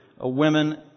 women